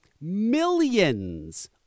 millions